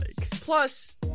Plus